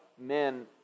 men